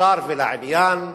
ישר ולעניין,